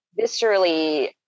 viscerally